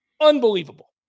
unbelievable